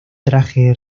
traje